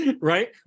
Right